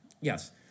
Yes